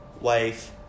wife